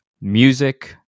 music